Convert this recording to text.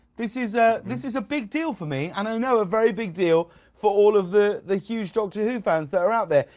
this is ah this is a big deal for me. and i know a very big deal for all of the the huge doctor who fans that are out there.